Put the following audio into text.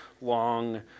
long